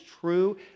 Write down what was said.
true